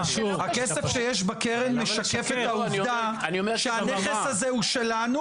הכסף שיש בקרן משקף את העובדה שהנכס הזה הוא שלנו